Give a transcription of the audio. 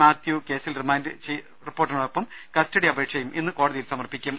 മാത്യു കേസിൽ റിമാൻഡ് റിപ്പോർട്ടിനൊപ്പം കസ്റ്റഡി അപേക്ഷയും ഇന്ന് കോടതിയിൽ സമർപ്പിക്കും